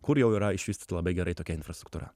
kur jau yra išvystyta labai gerai tokia infrastruktūra